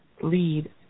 Lead